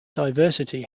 diversity